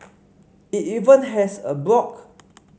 it even has a blog